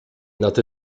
not